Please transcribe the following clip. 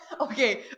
Okay